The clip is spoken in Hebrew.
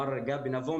מר גבי נבון,